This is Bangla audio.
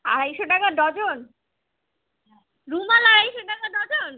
আড়াইশো টাকা ডজন রুমাল আড়াইশো টাকা ডজন